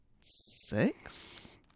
six